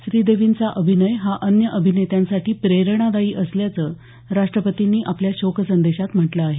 श्रीदेवींचा अभिनय हा अन्य अभिनेत्यांसाठी प्रेरणादायी असल्याचं राष्ट्रपतींनी आपल्या शोकसंदेशात म्हटलं आहे